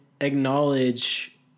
acknowledge